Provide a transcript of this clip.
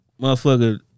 Motherfucker